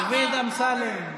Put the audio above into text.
דוד אמסלם,